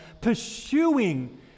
Pursuing